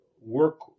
work